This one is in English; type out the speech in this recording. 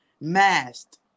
masked